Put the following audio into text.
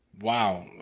wow